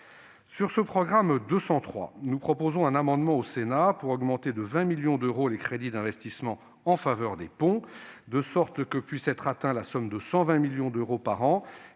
Sur le programme 203, nous proposons au Sénat un amendement tendant à augmenter de 20 millions d'euros les crédits d'investissement en faveur des ponts, de sorte que puisse être atteinte la somme de 120 millions d'euros par an,